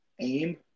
aim